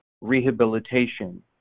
rehabilitation